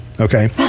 okay